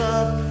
up